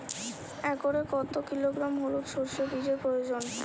একরে কত কিলোগ্রাম হলুদ সরষে বীজের প্রয়োজন?